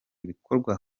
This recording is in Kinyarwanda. ibikorwa